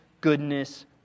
goodness